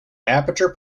aperture